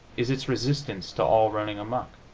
is its resistance to all running amuck.